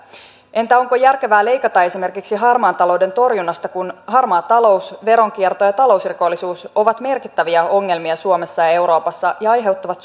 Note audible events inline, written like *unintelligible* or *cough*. entä onko järkevää leikata esimerkiksi harmaan talouden torjunnasta kun harmaa talous veronkierto ja talousrikollisuus ovat merkittäviä ongelmia suomessa ja euroopassa ja aiheuttavat *unintelligible*